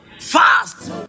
fast